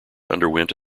underwent